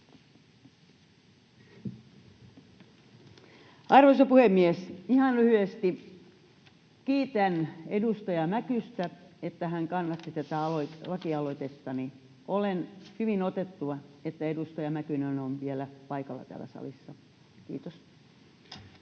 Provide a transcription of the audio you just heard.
Arvoisa puhemies! Ihan lyhyesti: Kiitän edustaja Mäkystä, että hän kannatti tätä lakialoitettani. Olen hyvin otettu, että edustaja Mäkynen on vielä paikalla täällä salissa. — Kiitos.